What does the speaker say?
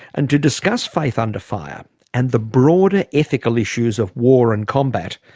and to discuss faith under fire and the broader ethical issues of war and combat,